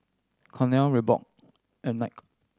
Cornell Reebok and Knight